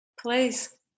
Please